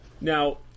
Now